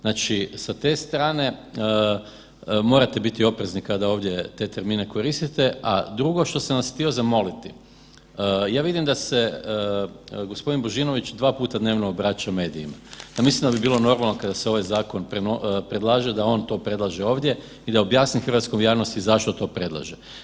Znači, sa te strane morate biti oprezni kada ovdje te termine koristite, a drugo što sam vas htio zamoliti, ja vidim da se gospodin Božinović dva puta dnevno obraća medijima, ja mislim da bi bilo normalno kada se ovaj zakon predlaže da on to predlaže ovdje i da objasni hrvatskoj javnosti zašto to predlaže.